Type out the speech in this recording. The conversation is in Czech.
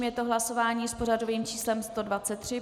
Je to hlasování s pořadovým číslem 123.